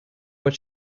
what